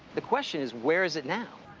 the question is, where is it now?